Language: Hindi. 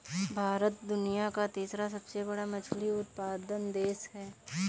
भारत दुनिया का तीसरा सबसे बड़ा मछली उत्पादक देश है